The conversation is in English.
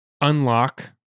unlock